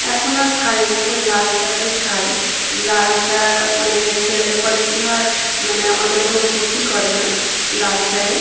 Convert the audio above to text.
এখন আর খাই না এখন লাল চাটাই খাই লাল চা মানে খেলে পরে কি হয় মানে আমাদের কোন ক্ষতি করে না লাল চায়ে